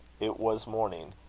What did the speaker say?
it was morning,